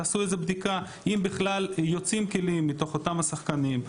תעשו איזו בדיקה אם בכלל יוצאים כלים מתוך אותם השחקנים.